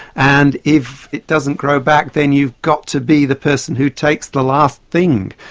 and if it doesn't grow back then you've got to be the person who takes the last thing.